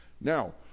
Now